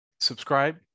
Subscribe